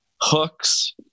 hooks